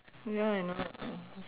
ya I know